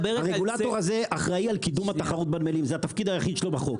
הרגולטור הזה אחראי לקידום התחרות בנמלים זה התפקיד היחיד שלו בחוק.